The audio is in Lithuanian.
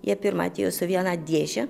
jie pirma atėjo su viena dėže